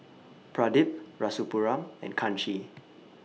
Pradip Rasipuram and Kanshi